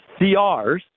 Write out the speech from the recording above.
CRs